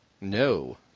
No